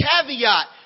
caveat